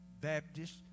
Baptist